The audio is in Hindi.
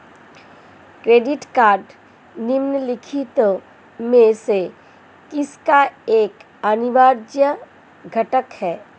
क्रेडिट कार्ड निम्नलिखित में से किसका एक अनिवार्य घटक है?